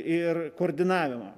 ir koordinavimą